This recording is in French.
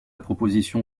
proposition